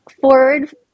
forward